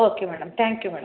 okay madam thank you madam